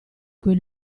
quei